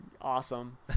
awesome